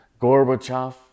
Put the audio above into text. Gorbachev